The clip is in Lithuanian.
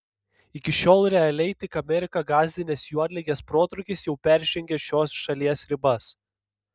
iki šiol realiai tik ameriką gąsdinęs juodligės protrūkis jau peržengė šios šalies ribas